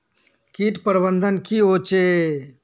किट प्रबन्धन की होचे?